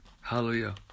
Hallelujah